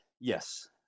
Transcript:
Yes